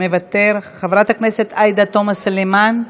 מוותר, חברת הכנסת עאידה תומא סלימאן,